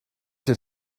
did